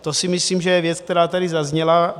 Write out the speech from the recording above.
To si myslím, že je věc, která tady zazněla.